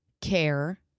care